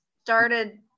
started